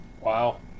Wow